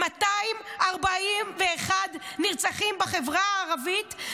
241 נרצחים בחברה הערבית,